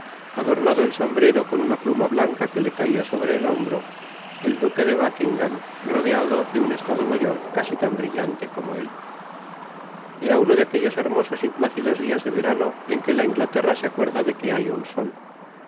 adornado el sombrero con una pluma blanca que le caia sobre el hombro el duque de buckingam rodeado de un estado mayor casi tan brillante como él era uno de aquellos hermosos y plácidos dias de verano en que la inglaterra se acuerda de que hay un sol